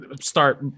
start